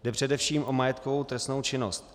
Jde především o majetkovou trestnou činnost.